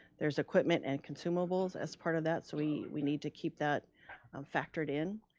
there's equipment and consumables as part of that, so we we need to keep that factored in.